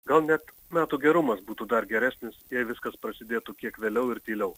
gal net metų gerumas būtų dar geresnis jei viskas prasidėtų kiek vėliau ir tyliau